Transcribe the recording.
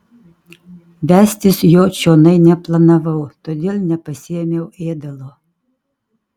vestis jo čionai neplanavau todėl nepasiėmiau ėdalo